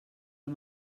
amb